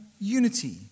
unity